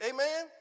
Amen